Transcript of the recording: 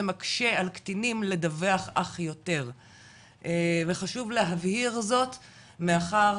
זה מקשה על קטינים לדווח אף יותר וחושב להבהיר זאת מאחר